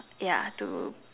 ya to